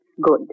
Good